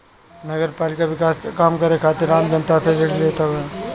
नगरपालिका विकास के काम करे खातिर आम जनता से ऋण लेत हवे